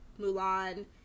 Mulan